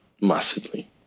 massively